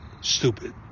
stupid